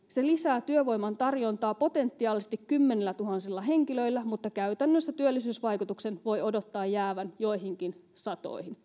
se lisää työvoiman tarjontaa potentiaalisesti kymmenillätuhansilla henkilöillä mutta käytännössä työllisyysvaikutuksen voi odottaa jäävän joihinkin satoihin